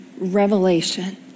revelation